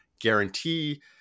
guarantee